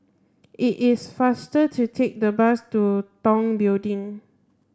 it is faster to take the bus to Tong Building